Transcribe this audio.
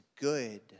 good